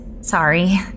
sorry